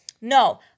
No